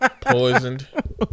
Poisoned